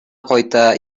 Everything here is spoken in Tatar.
кайта